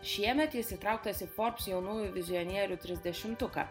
šiemet jis įtrauktas į forbes jaunųjų vizionierių trisdešimtuką